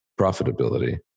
profitability